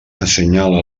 assenyala